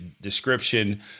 description